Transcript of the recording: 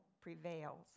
prevails